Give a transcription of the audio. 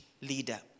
leader